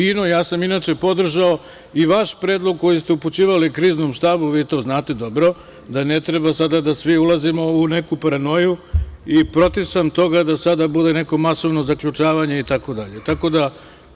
Inače, ja sam podržao i vaš predlog koji ste upućivali Kriznom štabu, vi to znate dobro, da ne treba sada da svi ulazimo u neku paranoju i protiv sam toga da sada bude neko masovno zaključavanje i tako dalje.